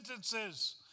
sentences